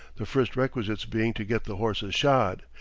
the first requisites being to get the horses shod,